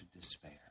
despair